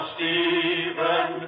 Stephen